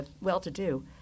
well-to-do